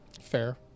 Fair